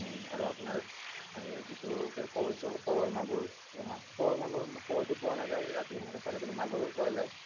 আৰু আপোনাৰ যিটো এই কাৱৈ চৱৈ কাৱৈ মাগুৰ কাৱৈ মাগুৰ কাৱৈটো পোৱা নাযায় ৰাতি সেনেকৈ চালে কিন্তু মাগুৰো পোৱা যায়